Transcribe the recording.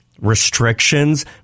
restrictions